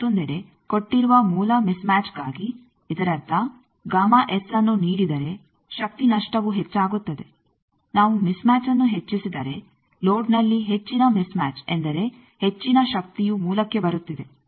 ಮತ್ತೊಂದೆಡೆ ಕೊಟ್ಟಿರುವ ಮೂಲ ಮಿಸ್ ಮ್ಯಾಚ್ಗಾಗಿ ಇದರರ್ಥ ಅನ್ನು ನೀಡಿದರೆ ಶಕ್ತಿ ನಷ್ಟವು ಹೆಚ್ಚಾಗುತ್ತದೆ ನಾವು ಮಿಸ್ ಮ್ಯಾಚ್ಅನ್ನು ಹೆಚ್ಚಿಸಿದರೆ ಲೋಡ್ನಲ್ಲಿ ಹೆಚ್ಚಿನ ಮಿಸ್ ಮ್ಯಾಚ್ ಎಂದರೆ ಹೆಚ್ಚಿನ ಶಕ್ತಿಯು ಮೂಲಕ್ಕೆ ಬರುತ್ತಿದೆ